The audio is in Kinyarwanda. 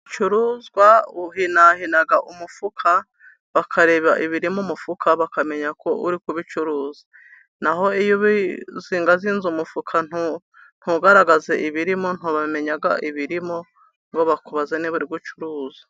Ibicuruzwa uhinahina umufuka bakareba ibiri mu mufuka bakamenya ko uri kubicuruza. Naho iyo uzingazinze umufuka ntugaragaze ibirimo, ntibamenya ibirimo ngo bakubaze niba uri gucuruza.